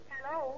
Hello